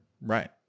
Right